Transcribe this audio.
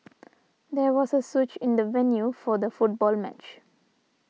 there was a switch in the venue for the football match